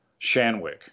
Shanwick